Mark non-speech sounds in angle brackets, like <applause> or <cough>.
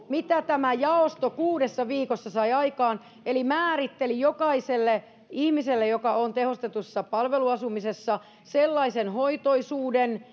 mitä tämä jaosto kuudessa viikossa sai aikaan eli määritteli jokaiselle ihmiselle joka on tehostetussa palveluasumisessa sellaisen hoitoisuuden <unintelligible>